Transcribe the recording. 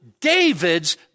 David's